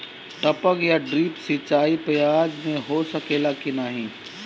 टपक या ड्रिप सिंचाई प्याज में हो सकेला की नाही?